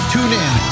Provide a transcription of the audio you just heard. TuneIn